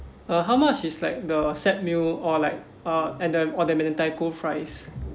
uh how much is like the set meal or like uh and the or the mentaiko fries